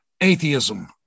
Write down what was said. Atheism